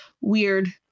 weird